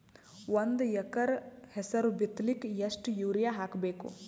ಒಂದ್ ಎಕರ ಹೆಸರು ಬಿತ್ತಲಿಕ ಎಷ್ಟು ಯೂರಿಯ ಹಾಕಬೇಕು?